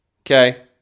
Okay